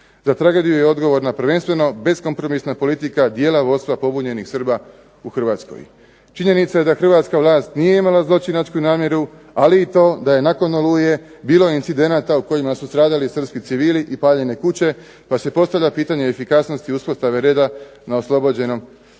Za tragediju je odgovorno prvenstveno beskompromisna politika dijela vodstva pobunjenih Srba u Hrvatskoj. Činjenica je da Hrvatska vlast nije imala zločinačku namjeru ali i to da je nakon Oluje bilo incidenata u kojima su stradali Srpski civili i paljene kuće, pa se postavlja pitanje efikasnosti uspostave reda na oslobođenom